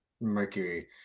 mercury